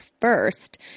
first